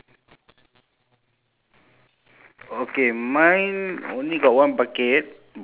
okay the chicken is the chicken eating something on the floor